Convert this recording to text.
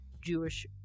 Jewish